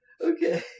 Okay